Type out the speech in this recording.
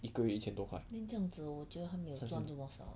一个月一千多块